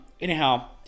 Anyhow